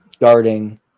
guarding